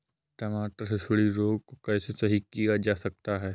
टमाटर से सुंडी रोग को कैसे सही किया जा सकता है?